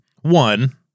one